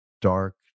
dark